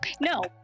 No